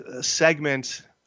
segment